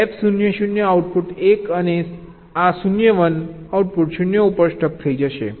F 0 0 output 1 અને આ 0 1 output 0 ઉપર સ્ટક થઈ જશે